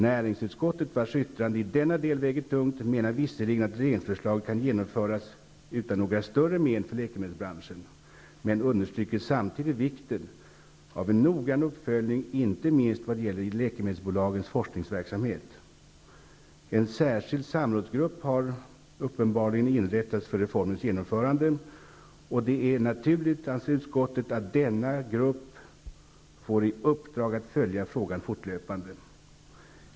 Näringsutskottet, vars yttrande i denna del väger tungt, menar visserligen att regeringsförslaget kan genomföras utan några större men för läkemedelsbranschen, men understryker samtidigt vikten av en noggrann uppföljning inte minst i vad gäller läkemedelsbolagens forskningsverksamhet. En särskild samrådsgrupp har uppenbarligen inrättats för reformens genomförande, och det är enligt utskottet naturligt att denna grupp får i uppdrag att följa frågan fortlöpande.